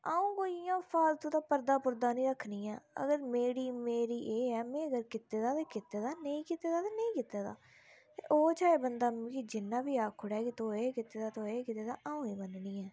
अऊं कोई इयां फालतू दा परदा पुरदा नेईं रक्खनी आं अगर मेरी एह् है अगर में कीती दा ऐ ते कीते दा नेई कीते दा ते नेईं कीते दा ओह् चाहे बंदा मिगी जिन्ना बी आक्खी ओड़ै कि तूं एह् कीते दा तू ओह् कीते दा आंऊ नेई मन्ननी आं